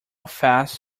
fast